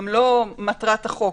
זאת גם לא מטרת החוק.